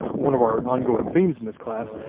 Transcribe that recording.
one of our ongoing themes in this class.